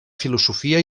filosofia